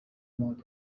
مادر